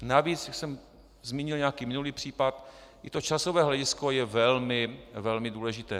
Navíc, jak jsem zmínil nějaký minulý případ, i časové hledisko je velmi důležité.